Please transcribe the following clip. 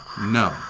No